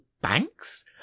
Banks